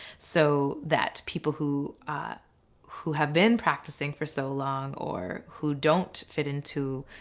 so that people who who have been practicing for so long or who don't fit into